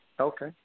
Okay